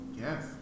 Yes